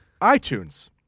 iTunes